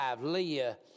Leah